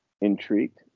Intrigued